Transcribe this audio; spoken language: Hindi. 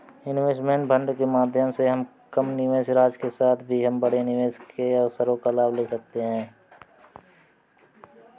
इनवेस्टमेंट फंड के माध्यम से हम कम निवेश राशि के साथ भी हम बड़े निवेश के अवसरों का लाभ ले सकते हैं